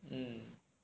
mm